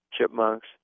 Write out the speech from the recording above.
chipmunks